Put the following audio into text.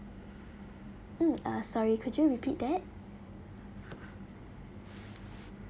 mm uh sorry could you repeat that